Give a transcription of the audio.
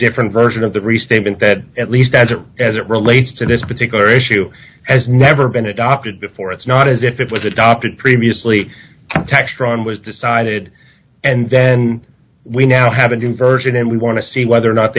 different version of the restatement that at least as it as it relates to this particular issue has never been adopted before it's not as if it was adopted previously textron was decided and then we now have a new version and we want to see whether or not